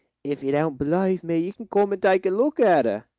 if you don't believe me, you can come and take a look at her.